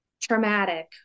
traumatic